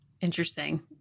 Interesting